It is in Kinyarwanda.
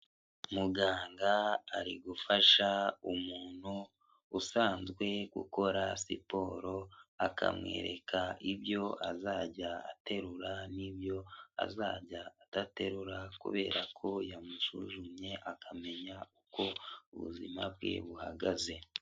Muganga ari gufasha umuntu usanzwe gukora siporo, akamwereka ibyo azajya aterura n'ibyo azajya adaterura kubera ko yamusuzumye akamenya uko ubuzima bwe buhagaze.